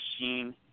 machine